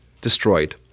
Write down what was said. destroyed